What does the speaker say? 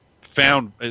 found